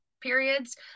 periods